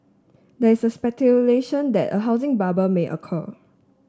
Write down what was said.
there is speculation that a housing bubble may occur